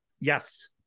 Yes